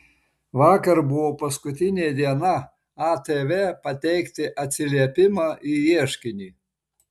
vakar buvo paskutinė diena atv pateikti atsiliepimą į ieškinį